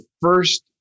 first